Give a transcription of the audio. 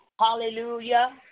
Hallelujah